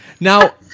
Now